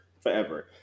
forever